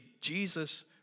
Jesus